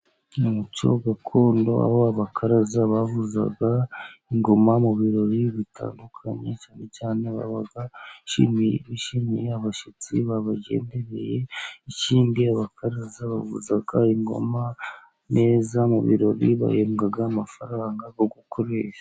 Umuco gakondo aho abakaraza bavuzaga ingoma mu birori bitandukanye, cyane cyane baba bishimiye abashyitsi babagendereye, ikindi abakaraza bavuza ingoma neza, mu birori, bahembwa amafaranga yogukoresha.